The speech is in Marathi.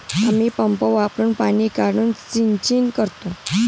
आम्ही पंप वापरुन पाणी काढून सिंचन करतो